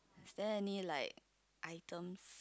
is there any like items